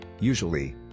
usually